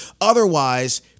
Otherwise